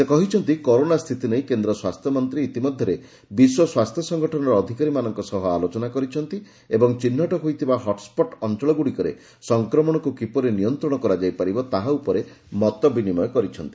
ସେ କହିଛନ୍ତି କରୋନା ସ୍ଥିତି ନେଇ କେନ୍ଦ ସ୍ୱାସ୍ଥ୍ୟ ମନ୍ତୀ ଇତିମଧ୍ଧରେ ବିଶ୍ୱ ସ୍ୱାସ୍ଥ୍ୟ ସଙ୍ଗଠନର ଅଧିକାରୀମାନଙ୍କ ସହ ଆଲୋଚନା କରିଛନ୍ତି ଏବଂ ଚିହ୍ରଟ ହୋଇଥିବା ହଟ୍ସଟ ଅଅଳ ଗୁଡ଼ିକରେ ସଂକ୍ରମଣକୁ କିପରି ନିୟନ୍ତଣ କରାଯାଇପାରିବ ତାହା ଉପରେ ମତ ବିନିମୟ କରିଛନ୍ତି